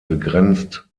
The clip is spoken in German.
begrenzt